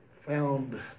found